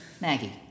Maggie